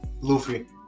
Luffy